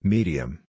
Medium